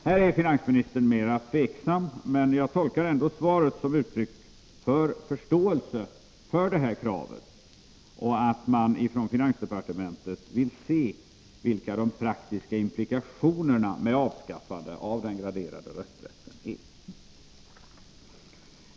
Här är finansministern mera tveksam, men jag tolkar ändå svaret som att det ger uttryck för förståelse för det här kravet och att man i finansdepartementet vill se vilka de praktiska implikationerna med avskaffande av den graderade rösträtten är.